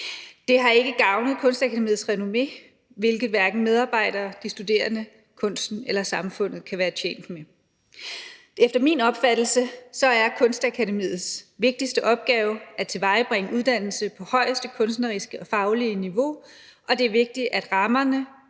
Det har ikke gavnet Kunstakademiets renommé, hvilket hverken medarbejdere, de studerende, kunsten eller samfundet kan være tjent med. Efter min opfattelse er Kunstakademiets vigtigste opgave at tilvejebringe uddannelse på højeste kunstneriske og faglige niveau, og det er vigtigt, at rammerne